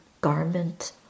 garment